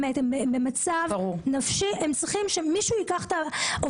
הן במצב נפשי שהן צריכות שמישהו ייקח את מה שצריך